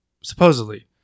supposedly